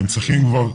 והם צריכים כבר,